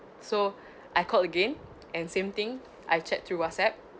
so I called again and same thing I chat through WhatsApp